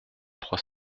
trois